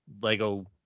lego